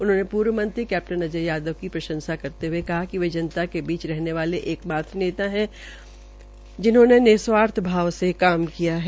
उन्होंने पूर्व मंत्री कैप्टन अजय यादव की प्रंशसा करते हये कहा कि वे जनता के बीच रहने वाले एक नेता है जिन्होंने निस्वार्थ भाव से काम किया है